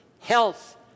Health